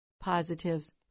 positives